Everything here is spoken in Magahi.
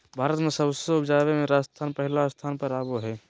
भारत मे सरसों उपजावे मे राजस्थान पहिल स्थान पर आवो हय